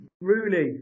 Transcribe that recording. Rooney